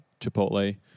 chipotle